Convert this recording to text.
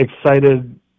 excited